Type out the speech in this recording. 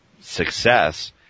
success